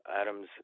Adam's